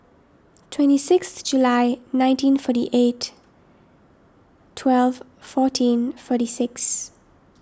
twenty six July nineteen forty eight twelve fourteen forty six